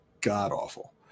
god-awful